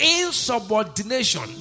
insubordination